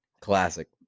Classic